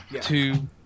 two